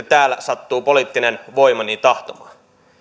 täällä sattuu sitten poliittinen voima niin tahtomaan